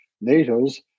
NATO's